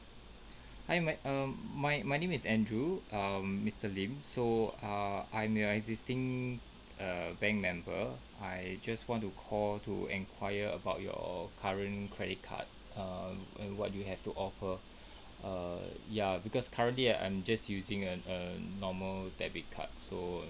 hi my um my my name is andrew um mister lim so err I'm your existing err bank member I just want to call to enquire about your current credit card err what do you have to offer err ya because currently I'm just using a a normal debit card so